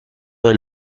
del